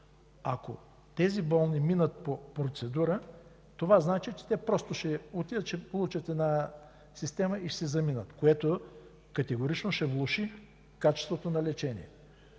Ако тези болни минат по процедура, това значи, че те просто ще отидат, ще получат една система и ще си заминат, което категорично ще влоши качеството на лечение.